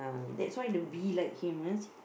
that's why the bee like him ah